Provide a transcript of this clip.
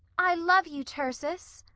i love you, tircis!